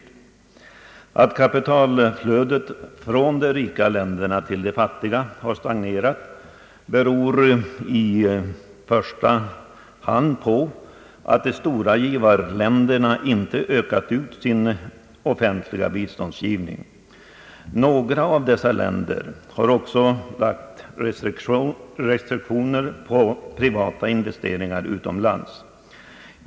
Det förhållandet att kapitalflödet från de rika länderna till de fattiga har stagnerat beror i första hand på att de stora givarländerna inte utökat sin offentliga biståndsgivning. Några av dessa länder har också lagt restriktioner på privata investeringar utomlands.